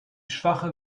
schwache